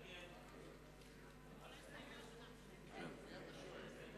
ההסתייגות (1) של קבוצת סיעת חד"ש לסעיף 1